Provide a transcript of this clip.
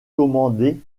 commandées